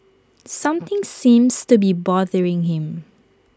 something seems to be bothering him